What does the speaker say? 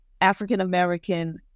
African-American